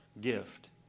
gift